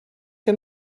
que